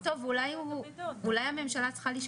14 בדצמבר 2021 למניינם.